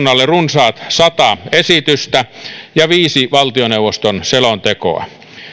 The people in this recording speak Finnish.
runsaat sata esitystä ja viisi valtioneuvoston selontekoa